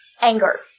anger